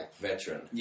veteran